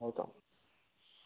no problem